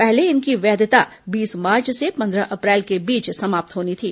पहले इनकी वैधता बीस मार्च से पंद्रह अप्रैल के बीच समाप्त होनी थी